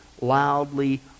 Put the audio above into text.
loudly